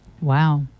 Wow